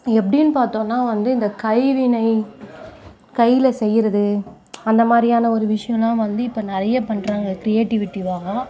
எப்படின்னு பார்த்தோனா வந்து இந்த கைவினை கையில் செய்கிறது அந்தமாதிரியான ஒரு விஷயோலான் வந்து இப்போ நிறைய பண்றாங்க கிரியேட்டிவிட்டிவாலான்